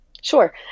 Sure